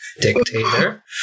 Dictator